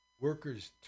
workers